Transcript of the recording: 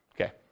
Okay